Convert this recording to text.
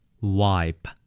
Wipe